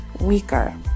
weaker